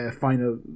final